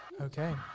Okay